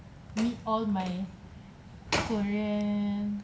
meet all my korean